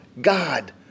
God